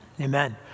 Amen